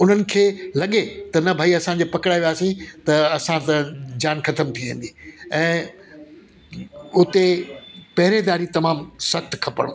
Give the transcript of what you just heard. उन्हनि खे लॻे त न भाई असांजे पकड़ाईंदासीं त असां त जान ख़तमु थी वेंदी ऐं उते पहिरेदारी तमामु सख़्तु खपणो